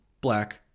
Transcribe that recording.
black